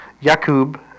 yakub